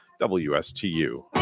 wstu